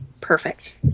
Perfect